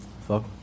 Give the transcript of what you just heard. Fuck